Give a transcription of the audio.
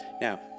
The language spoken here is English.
Now